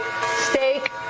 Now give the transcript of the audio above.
steak